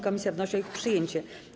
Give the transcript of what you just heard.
Komisja wnosi o ich przyjęcie.